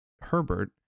Herbert